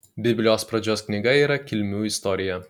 biblijos pradžios knyga yra kilmių istorija